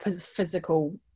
physical